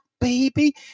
baby